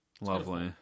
Lovely